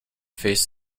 face